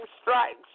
strikes